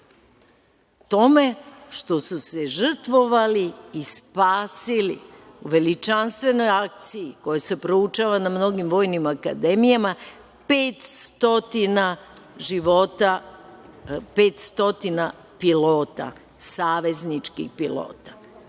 tome što su se žrtvovali i spasili u veličanstvenoj akciji koja se proučava na mnogim vojnim akademijama, 500 života, 500 pilota, savezničkih pilota. On